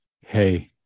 hey